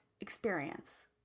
experience